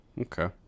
okay